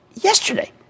yesterday